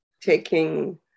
Taking